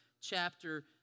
chapter